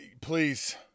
please